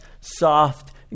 soft